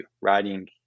Writing